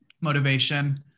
motivation